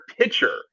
pitcher